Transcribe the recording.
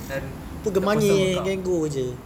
then the person will come